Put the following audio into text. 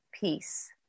peace